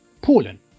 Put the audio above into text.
Polen